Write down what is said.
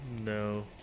No